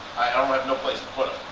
i don't have no place to put em.